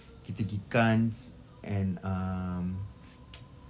kita gi cannes and um